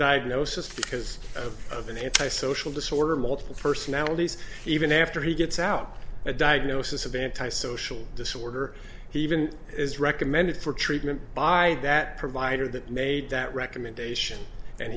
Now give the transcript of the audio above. diagnosis because of an antisocial disorder multiple personalities even after he gets out a diagnosis of antisocial disorder he even is recommended for treatment by that provider that made that recommendation and